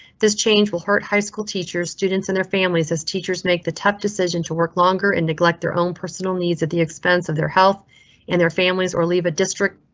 this change will hurt high school teachers, students and their families as teachers make the tough decision to work longer and neglect their own personal needs at the expense of their health and their families. or leave a district,